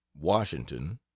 washington